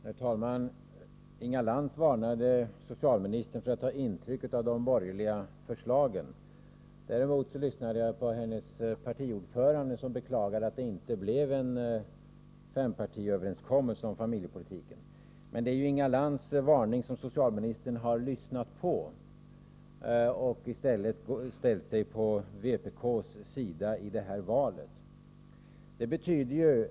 Herr talman! Inga Lantz varnade socialministern för att ta intryck av de borgerliga förslagen. Däremot hörde jag Inga Lantz partiordförande beklaga att det inte blev en fempartiöverenskommelse om familjepolitiken. Men det är ju Inga Lantz varning som socialministern har lyssnat på, och han ställde sig alltså på vpk:s sida när det gällde det här valet av vägar.